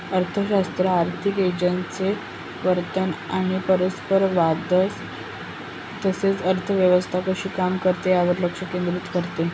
अर्थशास्त्र आर्थिक एजंट्सचे वर्तन आणि परस्परसंवाद तसेच अर्थव्यवस्था कशी काम करते यावर लक्ष केंद्रित करते